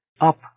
up